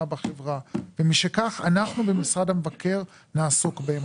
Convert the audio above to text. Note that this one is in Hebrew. בחברה ומשכך אנחנו במשרד המבקר נעסוק בהן.